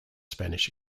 spanish